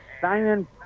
Simon